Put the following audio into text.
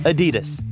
Adidas